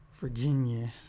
Virginia